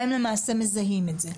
והם למעשה מזהים את זה.